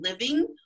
living